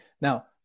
Now